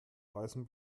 eisen